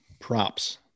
props